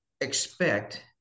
expect